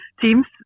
Teams